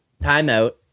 Timeout